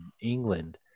England